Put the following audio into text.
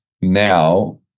now